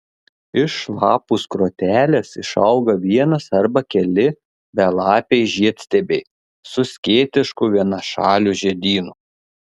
iš lapų skrotelės išauga vienas arba keli belapiai žiedstiebiai su skėtišku vienašaliu žiedynu